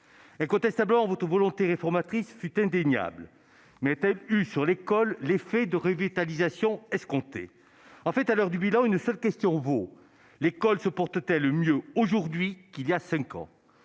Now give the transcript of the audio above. fait preuve d'une vraie volonté réformatrice. Mais celle-ci a-t-elle eu sur l'école l'effet de revitalisation escompté ? En fait, à l'heure du bilan, une seule question vaut : l'école se porte-t-elle mieux aujourd'hui qu'il y a cinq ans ?